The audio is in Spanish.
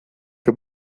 que